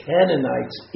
Canaanites